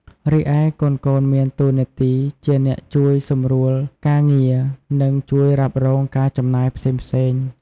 រីឯ កូនៗ មានតួនាទីជាអ្នកជួយសម្រួលការងារ និងជួយរ៉ាប់រងការចំណាយផ្សេងៗ។